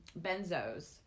benzos